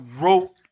wrote